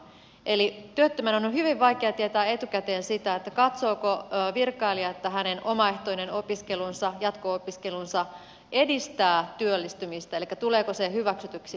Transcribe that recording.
eli työttömän on hyvin vaikea tietää etukäteen sitä katsooko virkailija että hänen omaehtoinen opiskelunsa jatko opiskelunsa edistää työllistymistä elikkä tuleeko se hyväksytyksi vai ei